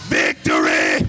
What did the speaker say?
victory